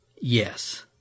yes